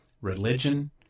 religion